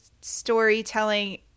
storytelling